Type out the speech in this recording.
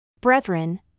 Brethren